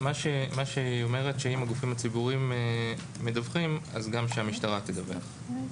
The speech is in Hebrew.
אומרת שאם הגופים הציבוריים מדווחים - שגם המשטרה תדווח.